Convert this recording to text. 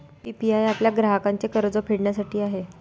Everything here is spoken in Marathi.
पी.पी.आय आपल्या ग्राहकांचे कर्ज फेडण्यासाठी आहे